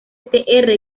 que